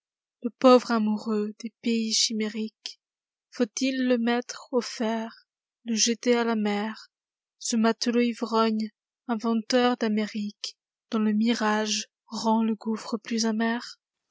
le pauvre amoureux des pays chimériques faut-il le mettre aux fers le jeter à la mer ce matelot ivrogne inventeur d'amériquesdont le mirage rend le gouffre plus amer